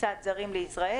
כניסת זרים לישראל.